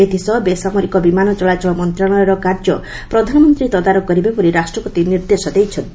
ଏଥିସହ ବେସରମାରିକ ବିମାନ ଚଳାଚଳ ମନ୍ତ୍ରଶାଳୟର କାର୍ଯ୍ୟ ପ୍ରଧାନମନ୍ତ୍ରୀ ତଦାରଖ କରିବେ ବୋଲି ରାଷ୍ଟ୍ରପତି ନିର୍ଦ୍ଦେଶ ଦେଇଛନ୍ତି